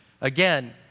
again